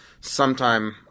sometime